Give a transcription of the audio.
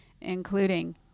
including